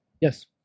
Yes